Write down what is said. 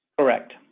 Correct